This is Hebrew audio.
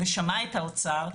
ושמע את האוצר,